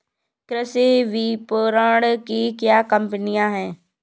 कृषि विपणन की क्या कमियाँ हैं?